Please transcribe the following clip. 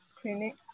Clinic